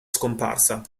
scomparsa